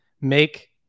Make